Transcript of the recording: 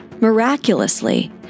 miraculously